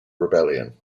rebellion